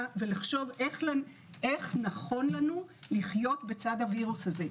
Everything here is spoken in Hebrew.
ולחשוב איך נכון לנו לחיות בצד הווירוס הזה.